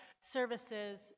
services